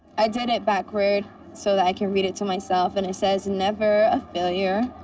i did it backward so that i can read it to myself. and it says, never a failure,